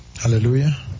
Hallelujah